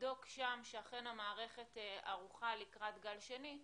ונבדוק שם שאכן המערכת ערוכה לקראת גל שני,